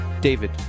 David